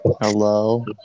Hello